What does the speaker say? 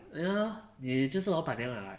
ya lor 你就是老板娘 liao eh